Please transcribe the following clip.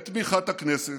בתמיכת הכנסת,